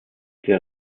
der